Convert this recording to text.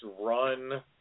run